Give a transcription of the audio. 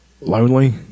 lonely